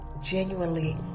genuinely